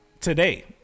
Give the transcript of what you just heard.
today